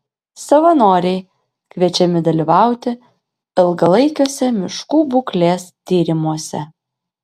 savanoriai kviečiami dalyvauti ilgalaikiuose miškų būklės tyrimuose